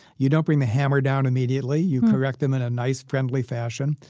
you don't bring the hammer down immediately. you correct them in a nice friendly fashion,